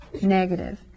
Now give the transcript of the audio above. negative